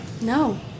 No